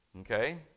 Okay